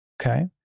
okay